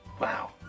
Wow